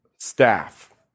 staff